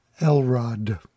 Elrod